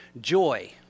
Joy